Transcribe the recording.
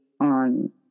on